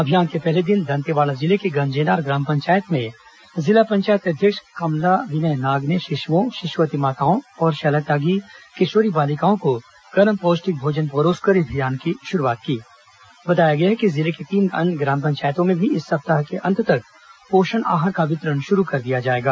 अभियान के पहले दिन दंतेवाड़ा जिले के गंजेनार ग्राम पंचायत में जिला पंचायत अध्यक्ष कमला विनय नाग ने शिशुओं शिशुवती माताओं और शाला त्यागी किशोरी बालिकाओं को गरम पौष्टिक भोजन परोसकर इस अभियान की शुरुआत की बताया गया है कि जिले के तीन अन्य ग्राम पंचायतों में भी इस सप्ताह के अंत तक पोषण आहार का वितरण शुरू कर दिया जाएगा